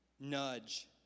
nudge